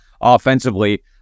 offensively